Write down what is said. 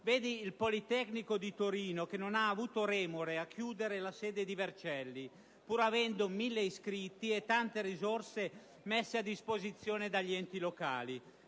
cito il Politecnico di Torino, che non ha avuto remore a chiudere la sede di Vercelli - pur contando 1.000 iscritti ed avendo tante risorse messe a disposizione dagli enti locali